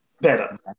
Better